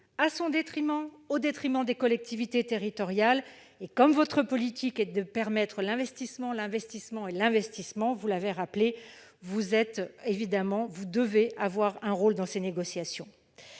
à son détriment et au détriment des collectivités territoriales. Votre politique étant de permettre l'investissement, l'investissement et l'investissement, vous l'avez rappelé, monsieur le ministre, vous devez jouer un rôle dans ces négociations.